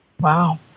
Wow